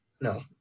no